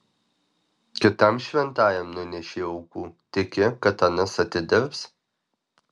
kitam šventajam nunešei aukų tiki kad anas atidirbs